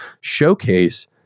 showcase